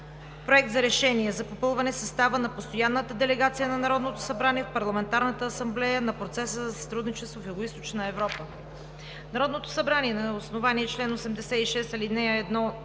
„Проект! РЕШЕНИЕ за попълване състава на постоянната делегация на Народното събрание в Парламентарната асамблея на Процеса за сътрудничество в Югоизточна Европа Народното събрание на основание чл. 86, ал. 1